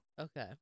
Okay